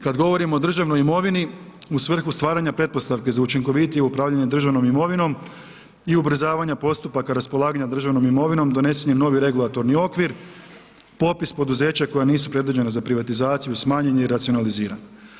Kad govorimo o državnoj imovini, u svrhu stvaranja pretpostavki za učinkovitije upravljanje državnom imovinom i ubrzavanja postupaka raspolaganja državnom imovinom, donesen je novi regulatorni okvir, popis poduzeća koja nisu predviđena za privatizaciju, smanjen je i racionaliziran.